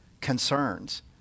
concerns